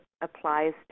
applies